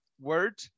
word